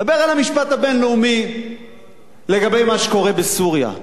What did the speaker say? דַּבֵּר על המשפט הבין-לאומי לגבי מה שקורה בסוריה.